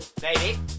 Baby